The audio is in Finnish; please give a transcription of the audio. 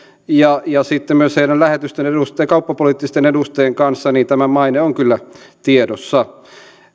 ja sitten myös heidän kauppapoliittisten edustajiensa kanssa niin tämä maine on kyllä tiedossa